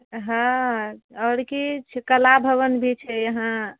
हँ आओर किछु कला भवन भी छै यहाँ